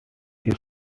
his